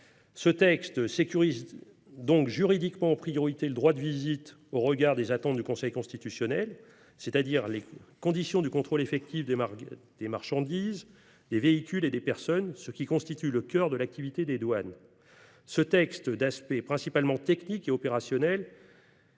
de loi sécurise donc juridiquement en priorité le droit de visite au regard des attentes du Conseil constitutionnel, c’est à dire les conditions du contrôle effectif des marchandises, des véhicules et des personnes, ce qui constitue le cœur de l’activité des douanes. Ce texte d’aspect principalement technique et opérationnel,